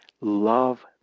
love